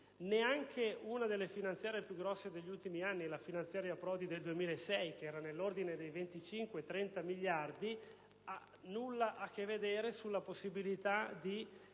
neanche con una delle finanziarie più corpose degli ultimi anni (la finanziaria Prodi del 2006, che era nell'ordine dei 25-30 miliardi) ci sarebbe la possibilità di